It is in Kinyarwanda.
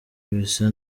bisa